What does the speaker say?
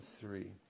three